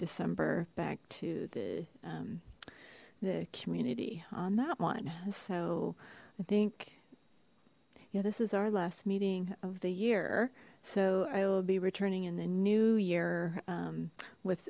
december back to the um the community on that one so i think yeah this is our last meeting of the year so i will be returning in the new year with